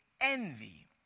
envy